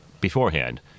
beforehand